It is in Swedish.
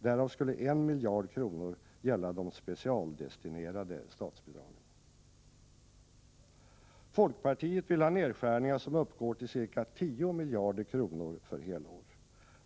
Därav skulle 1 miljard kronor gälla de specialdestinerade statsbidragen. Folkpartiet vill ha nedskärningar som uppgår till ca 10 miljarder kronor för helår.